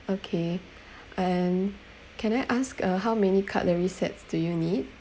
okay and can I ask uh how many cutlery sets do you need